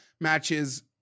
matches